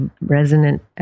resonant